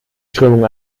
strömung